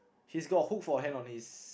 he's got a hook for hand on his